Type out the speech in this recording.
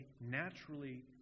naturally